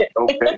Okay